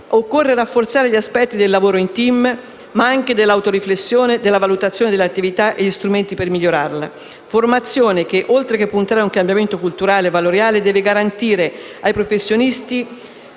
Occorre rafforzare gli aspetti del lavoro in *team*, ma anche dell'autoriflessione e della valutazione dell'attività e degli strumenti per migliorarla. La formazione, oltre che puntare a un cambiamento culturale e valoriale, deve garantire ai professionisti